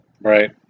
Right